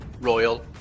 Royal